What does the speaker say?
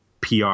pr